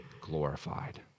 glorified